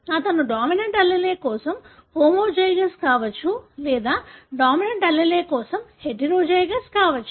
అతను dominant allele కోసం homozygous కావచ్చు లేదా డామినెన్ట్ allele కోసం హెటెరోజైగస్ కావచ్చు